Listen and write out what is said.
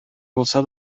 булса